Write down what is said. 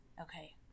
Okay